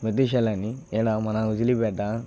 మధు షలాని ఇక్కడ మన హుజీలిపేట